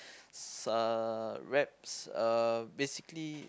s~ uh raps are basically